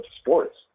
sports